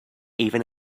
even